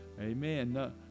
Amen